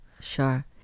sure